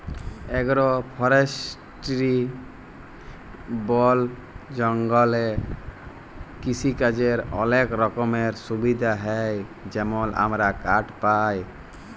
agro forestry বল জঙ্গলে কিসিকাজের অলেক রকমের সুবিধা হ্যয় যেমল আমরা কাঠ পায়